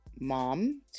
mom